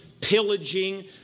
pillaging